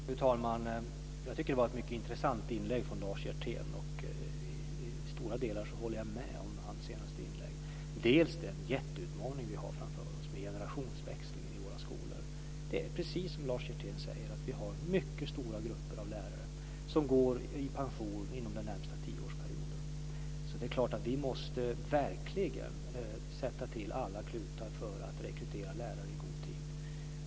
Fru talman! Jag tycker att Lars Hjerténs inlägg var mycket intressant. I stora delar instämmer jag i det senaste inlägget. Det är en jätteutmaning som vi har framför oss med generationsväxling vid våra skolor. Det är precis så som Lars Hjertén säger, att vi har mycket stora grupper av lärare som går i pension inom den närmaste tioårsperioden. Det är klart att vi verkligen måste sätta till alla klutar för att i god tid rekrytera lärare.